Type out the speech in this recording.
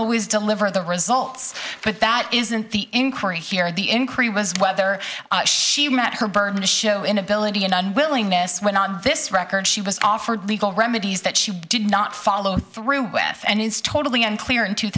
always deliver the results but that isn't the inquiry here at the increase was whether she met her burden to show inability and unwillingness when on this record she was offered legal remedies that she did not follow through with and it's totally unclear in two